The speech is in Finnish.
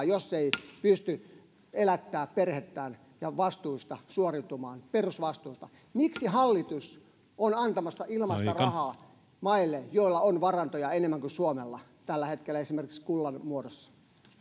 jos ei pysty elättämään perhettään ja vastuista suoriutumaan perusvastuista miksi hallitus on antamassa ilmaista rahaa maille joilla on varantoja enemmän kuin suomella tällä hetkellä esimerkiksi kullan muodossa